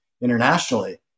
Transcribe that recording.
internationally